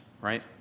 right